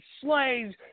slaves